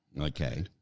Okay